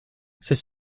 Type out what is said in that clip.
c’est